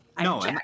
No